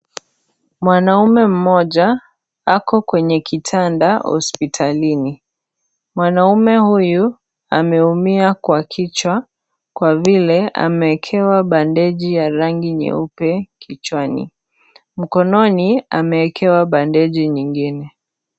Mwanamme mmoja ako kwenye kitanda hospitalini , mwanaume huyu ameumia Kwa kichwa Kwa vile ameekewa bandeji ya rangi nyeupe kichwani , mkononi ameekewa bandeji nyingine.